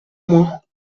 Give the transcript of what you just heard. moins